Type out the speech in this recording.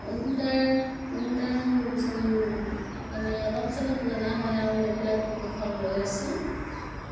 ঊণসূতাৰ ঊণসূতাৰ যেনে অলপ চলপ জনা হয় আৰু এইবিলাক প্ৰশিক্ষণ লৈ আছো